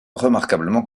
remarquablement